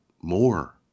more